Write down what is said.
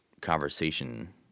conversation